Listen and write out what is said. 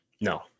No